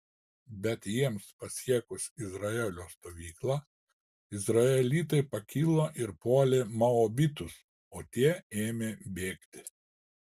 bet jiems pasiekus izraelio stovyklą izraelitai pakilo ir puolė moabitus o tie ėmė bėgti